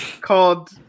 Called